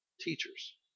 Teachers